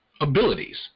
abilities